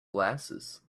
glasses